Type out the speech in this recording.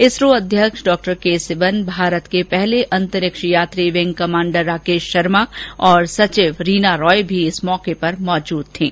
इसरो अध्यक्ष doctor K Sivan Bharat के पहले अंतरिक्ष यात्री विंग कमांडर राकेश शर्मा और सचिव रीना रॉय भी इस अवसर पर मौजूद थीं